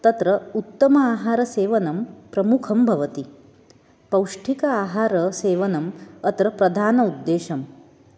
तत्र उत्तम आहारसेवनं प्रमुखं भवति पौष्टिकम् आहारसेवनम् अत्र प्रधानम् उद्देश्यम्